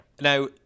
Now